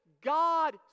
God